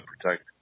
protect